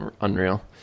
unreal